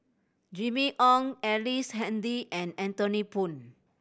Jimmy Ong Ellice Handy and Anthony Poon